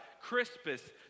Crispus